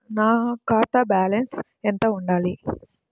నా ఖాతా బ్యాలెన్స్ ఎంత ఉండాలి?